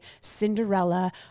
Cinderella